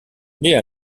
nait